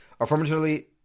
affirmatively